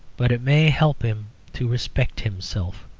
but it may help him to respect himself.